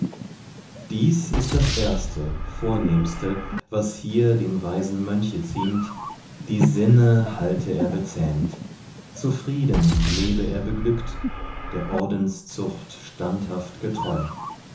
dies ist das erste vornehmste was hier dem weisen mönche ziemt die sinne halte er bezähmt zufrieden lebe er beglückt der ordenszucht standhaft getreu